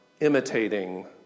imitating